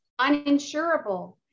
uninsurable